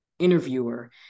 interviewer